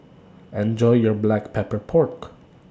Enjoy your Black Pepper Pork